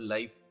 Life